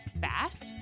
fast